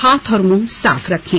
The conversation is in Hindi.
हाथ और मुंह साफ रखें